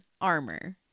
armor